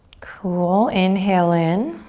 cool, inhale in,